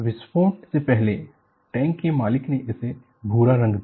विस्फोट से पहले टैंक के मालिक ने इसे भूरा रंग दिया